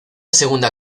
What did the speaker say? segunda